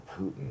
Putin